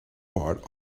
part